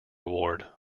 award